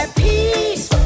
peace